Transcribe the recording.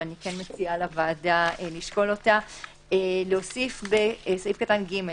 אבל אין כן מציעה לוועדה לשקול אותה סעיף קטן (ג)